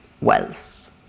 wells